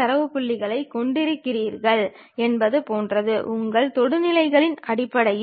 தளம் செங்குத்து தளத்தை நோக்கி θ கோணம் சாய்க்கப்பட்டால் அது செங்குத்து துணை தளம் எனப்படும்